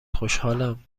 خوشحالم